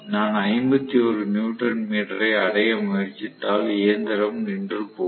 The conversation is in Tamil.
நான் 51 நியூட்டன் மீட்டரை அடைய முயற்சித்தால் இயந்திரம் நின்றுபோகும்